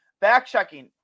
back-checking